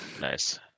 Nice